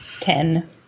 Ten